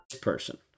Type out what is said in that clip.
person